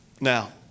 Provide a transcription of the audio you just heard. Now